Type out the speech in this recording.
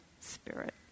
Spirit